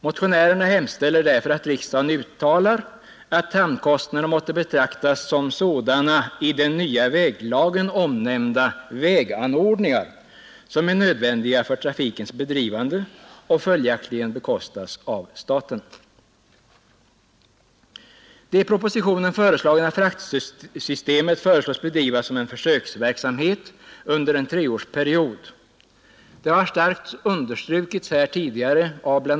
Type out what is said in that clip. Motionärerna hemställer därför att riksdagen uttalar att Visbyhamn måtte betraktas som sådan i den nya väglagen omnämnd väganordning som är nödvändig för trafikens bedrivande och vars Nr 152 utbyggnadskostnader följaktligen bekostas äv staten. Det i propositionen Fredagen den föreslagna fraktstödsystemet föreslås bli, cillämpat på försök under en 17 december 1971 treårsperiod. Det har starkt understrukits här tidigare av bla.